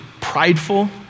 prideful